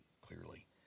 clearly